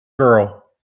girl